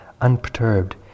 unperturbed